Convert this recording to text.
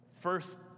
First